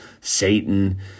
Satan